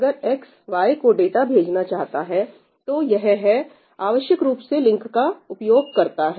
अगर X Y को data भेजना चाहता है तो यह आवश्यक रूप से लिंक का उपयोग करता है